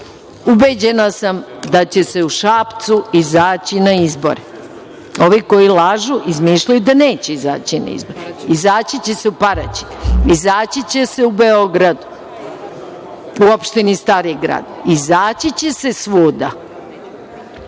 sam da će se u Šapcu izaći na izbore. Ovi koji lažu, izmišljaju da neće izaći na izbore. Izaći će se u Paraćinu, izaći će se u Beogradu, u opštini Stari grad, izaći će se svuda. Prema